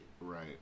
Right